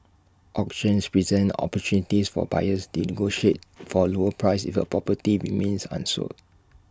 auctions present opportunities for buyers negotiate for A lower price if the property remains unsold